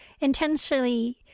intentionally